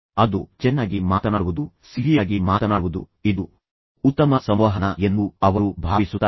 ಅದು ಚೆನ್ನಾಗಿ ಮಾತನಾಡುವುದು ಸಿಹಿಯಾಗಿ ಮಾತನಾಡುವುದು ಇದು ಉತ್ತಮ ಸಂವಹನ ಎಂದು ಅವರು ಭಾವಿಸುತ್ತಾರೆ